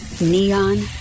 Neon